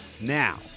now